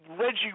Reggie